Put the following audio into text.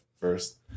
first